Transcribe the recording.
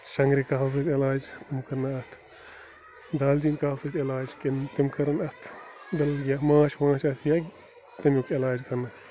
شنٛگرِ کہوٕ سۭتۍ علاج تِم کَرنہ اَتھ دالچیٖن کہوٕ سۭتۍ علاج کِنہٕ تِم کَرَن اَتھ بِدل کیٚنٛہہ ماچھ واچھ آسہِ تَمیُک علاج کَرنَس